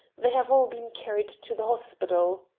they have all been carried to the hospital.